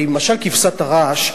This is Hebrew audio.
הרי במשל כבשת הרש,